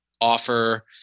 offer